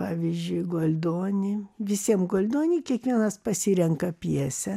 pavyzdžiui goldoni visiem goldoni kiekvienas pasirenka pjesę